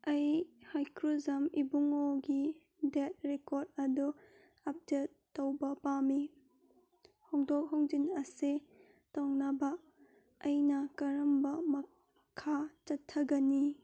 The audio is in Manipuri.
ꯑꯩ ꯍꯩꯀ꯭ꯔꯨꯖꯝ ꯏꯕꯨꯡꯉꯣꯒꯤ ꯗꯦꯠ ꯔꯦꯀꯣꯔꯠ ꯑꯗꯨ ꯑꯞꯗꯦꯠ ꯇꯧꯕ ꯄꯥꯝꯃꯤ ꯍꯣꯡꯗꯣꯛ ꯍꯣꯡꯖꯤꯟ ꯑꯁꯤ ꯇꯧꯅꯕ ꯑꯩꯅ ꯀꯔꯝꯕ ꯃꯈꯥ ꯆꯠꯊꯒꯅꯤ